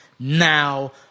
now